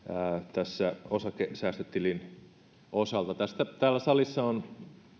tässä osakesäästötilin osalta täällä salissa on